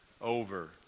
over